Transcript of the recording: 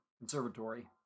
Conservatory